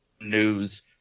news